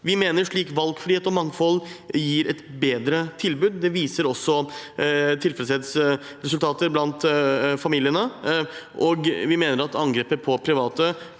Vi mener slik valgfrihet og mangfold gir et bedre tilbud. Det viser også tilfredshetsresultater blant familiene. Vi mener at angrepet på private